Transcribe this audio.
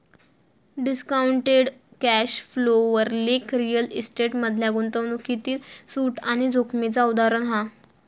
discounted cash flow वर लेख real estate मधल्या गुंतवणूकीतील सूट आणि जोखीमेचा उदाहरण हा